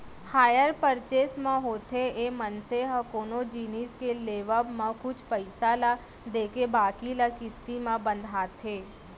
hire purchase म होथे ये मनसे ह कोनो जिनिस के लेवब म कुछ पइसा ल देके बाकी ल किस्ती म बंधाथे